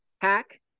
hack